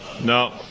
No